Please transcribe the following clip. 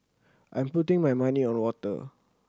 I'm putting my money on water